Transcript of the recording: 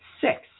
six